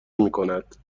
میکند